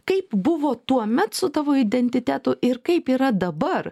kaip buvo tuomet su tavo identitetu ir kaip yra dabar